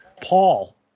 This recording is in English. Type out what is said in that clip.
Paul